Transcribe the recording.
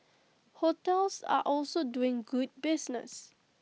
hotels are also doing good business